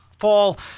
fall